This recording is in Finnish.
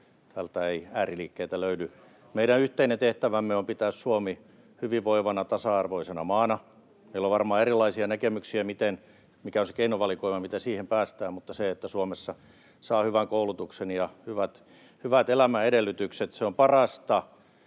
Siteeratkaa oikein!] Meidän yhteinen tehtävämme on pitää Suomi hyvinvoivana, tasa-arvoisena maana. Meillä on varmaan erilaisia näkemyksiä, mikä on se keinovalikoima, miten siihen päästään, mutta se, että Suomessa saa hyvän koulutuksen ja hyvät elämänedellytykset, on parasta